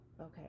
okay